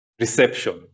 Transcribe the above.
reception